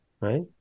right